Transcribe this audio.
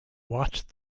watched